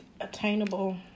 attainable